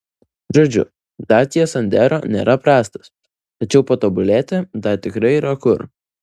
žodžiu dacia sandero nėra prastas tačiau patobulėti dar tikrai yra kur